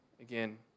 again